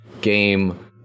game